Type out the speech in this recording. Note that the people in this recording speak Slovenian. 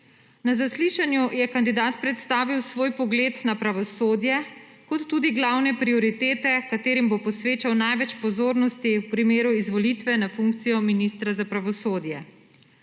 Na zaslišanju je kandidat predstavil svoj pogled na pravosodje kot tudi glavne prioritete katerim bo posvečal največ pozornosti v primeru izvolitve na funkcijo ministra za pravosodje.